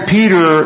Peter